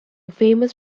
famous